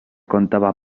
contaba